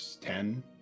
ten